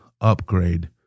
upgrade